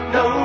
no